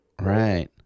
Right